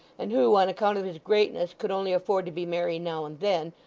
and who, on account of his greatness, could only afford to be merry now and then,